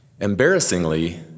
Embarrassingly